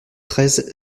treize